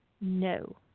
No